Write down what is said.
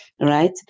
right